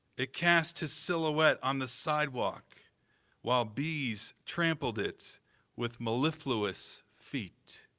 it cast his silhouette on the sidewalk while bees trampled it with mellifluous feet.